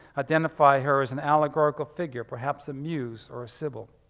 identify her as an allegorical figure perhaps a muse or a cybil.